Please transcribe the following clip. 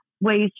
ways